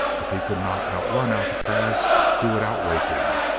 if he could not outrun alcatraz he would outwait him.